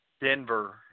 Denver